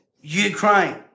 Ukraine